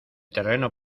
terreno